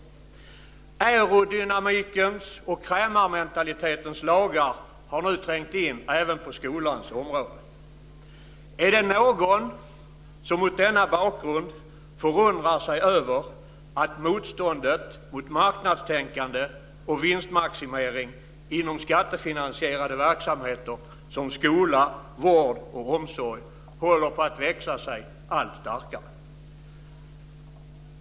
Aerodynamikens och krämarmentalitetens lagar har nu trängt in även på skolans område. Är det någon som mot denna bakgrund förundrar sig över att motståndet mot marknadstänkande och vinstmaximering inom skattefinansierade verksamheter som skola, vård och omsorg håller på att växa sig allt starkare.